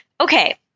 Okay